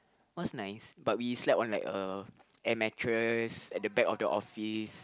what's nice but we slept on like a air mattress at the back of the office